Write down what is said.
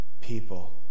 people